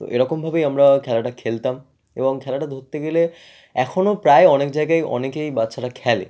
তো এরকমভাবেই আমরা খেলাটা খেলতাম এবং খেলাটা ধরতে গেলে এখনও প্রায় অনেক জায়গায় অনেকেই বাচ্চারা খেলে